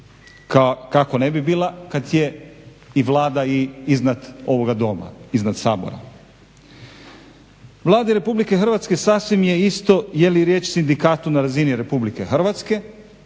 Kako ne bi bila kad je Vlada i iznad ovoga Doma, iznad Sabora. Vladi Republike Hrvatske sasvim je isto je li riječ o sindikatu na razini Republike Hrvatske